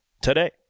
today